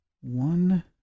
one